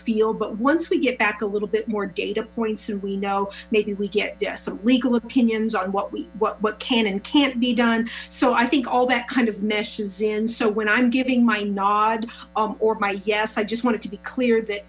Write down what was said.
feel but once we get back a little bit more data points and we know maybe we get some legal opinions what we what can and can't be done so i think all that kind meshes in so when i'm giving my nod or my yes i just wanted to be clear that